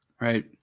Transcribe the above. Right